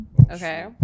Okay